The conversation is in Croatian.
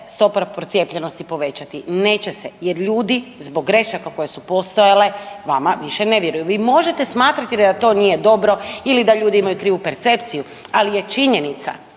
stopa procijepljenosti povećati, neće se jer ljudi zbog grešaka koje su postojale vama više ne vjeruju. Vi možete smatrati da to nije dobro ili da ljudi imaju krivu percepciju, ali je činjenica,